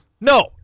No